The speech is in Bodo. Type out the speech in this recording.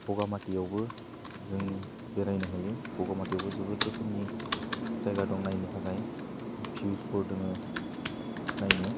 बगामाथियावबो जों बेरायनो हायो बगामाथियावबो जोबोद रोखोमनि जायगा दं नायनो थाखाय भिउसफोर दङो नायनो